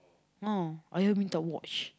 ah ayah mintak watch